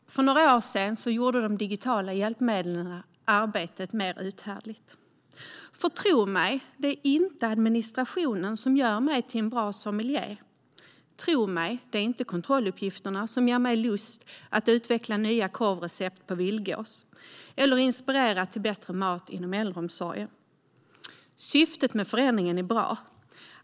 För några år sedan började de digitala hjälpmedlen göra arbetet mer uthärdligt. Det är nämligen inte administrationen som gör mig till en bra sommelier - tro mig! Det är inte kontrolluppgifterna som ger mig lust att utveckla nya korvrecept för vildgås eller att inspirera till bättre mat inom äldreomsorgen - tro mig! Syftet med förändringen är bra.